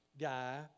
guy